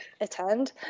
attend